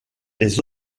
les